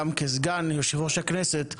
גם כסגן יושב ראש הכנסת,